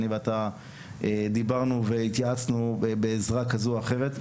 ואתה דיברנו והתייעצנו בעזרה כזו או אחרת.